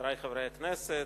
חברי חברי הכנסת,